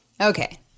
Okay